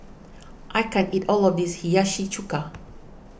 I can't eat all of this Hiyashi Chuka